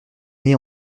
nez